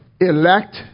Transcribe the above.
elect